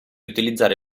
utilizzare